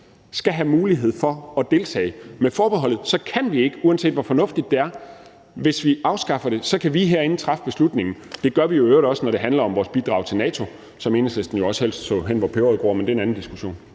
skal have mulighed for at deltage. Med forbeholdet kan vi ikke, uanset hvor fornuftigt det er. Hvis vi afskaffer det, kan vi herinde træffe beslutningen. Det gør vi i øvrigt også, når det handler om vores bidrag til NATO, som Enhedslisten jo også helst så henne, hvor peberet gror, men det er en anden diskussion.